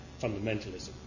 fundamentalism